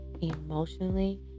emotionally